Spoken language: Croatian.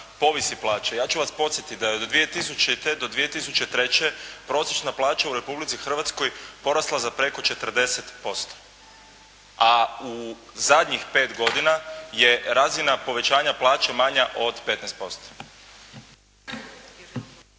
povisi plaće. Ja ću vas podsjetiti da je do 2000. do 2003. prosječna plaća u Republici Hrvatskoj porasla za preko 40%, a u zadnjih pet godina je razina povećanja plaća manja od 15%.